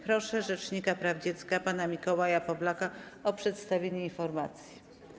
Proszę rzecznika praw dziecka pana Mikołaja Pawlaka o przedstawienie informacji.